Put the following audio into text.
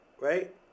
right